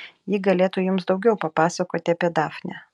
ji galėtų jums daugiau papasakoti apie dafnę